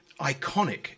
iconic